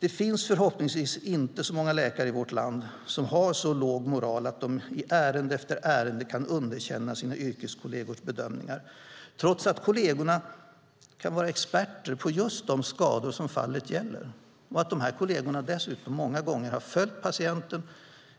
Det finns förhoppningsvis inte så många läkare i vårt land som har så låg moral att de i ärende efter ärende kan underkänna sina yrkeskollegers bedömningar, trots att kollegerna kan vara experter på just de skador som fallet gäller och trots att dessa kolleger dessutom många gånger har följt patienten